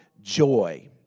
joy